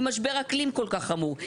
עם משבר אקלים כל כך חמור,